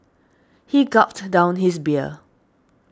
he gulped down his beer